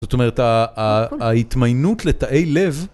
זאת אומרת ההתמיינות לתאי לב.